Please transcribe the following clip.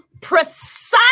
precise